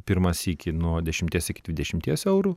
pirmą sykį nuo dešimties iki dvidešimties eurų